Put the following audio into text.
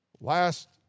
Last